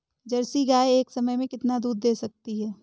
Jersey गाय एक समय में कितना दूध दे सकती है?